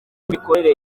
imikorere